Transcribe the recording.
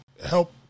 help